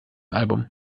album